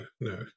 no